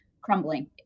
crumbling